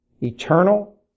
eternal